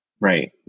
Right